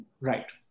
Right